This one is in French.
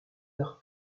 leur